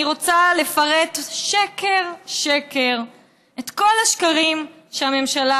אני רוצה לפרט שקר-שקר את כל השקרים שהממשלה